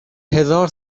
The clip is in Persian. هزار